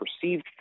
perceived